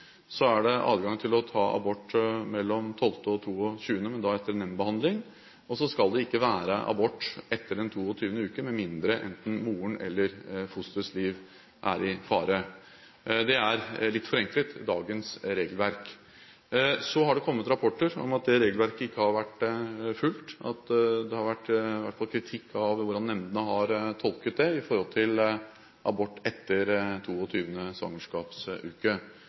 Så er det adgang til å ta abort mellom 12. og 22. uke, men da etter nemndbehandling. Og så skal det ikke være abort etter 22. uke med mindre enten morens eller fosterets liv er i fare. Det er – litt forenklet – dagens regelverk. Så har det kommet rapporter om at det regelverket ikke har vært fulgt, og at det har vært kritikk av hvordan nemndene har tolket dette med tanke på abort etter 22. svangerskapsuke.